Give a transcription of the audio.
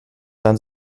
dann